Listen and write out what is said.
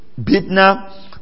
Bitna